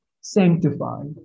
sanctified